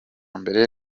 mbere